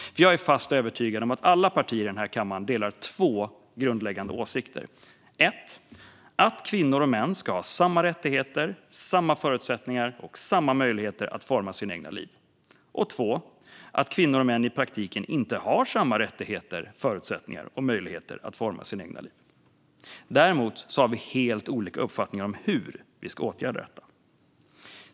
Jag är fast övertygad om att alla partier i denna kammare delar två grundläggande åsikter: För det första att kvinnor och män ska ha samma rättigheter, samma förutsättningar och samma möjligheter att forma sina egna liv. För det andra att kvinnor och män i praktiken inte har samma rättigheter, förutsättningar och möjligheter att forma sina egna liv. Däremot har vi helt olika uppfattningar om hur vi ska åtgärda detta.